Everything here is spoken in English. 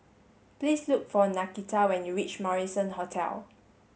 please look for Nakita when you reach Marrison Hotel